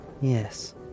Yes